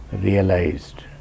realized